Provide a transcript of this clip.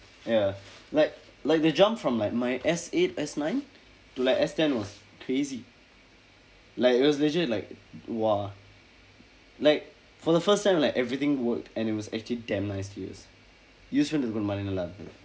ya like like the jump from like my S eight S nine to like S ten was crazy like it was legit like !wah! like for the first time like everything worked and it was actually damn nice to use use பண்றதுக்கு ஒரு மாதிரி நல்லா இருக்கு:panrathukku oru maathiri nallaa irukku